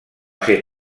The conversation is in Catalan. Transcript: ser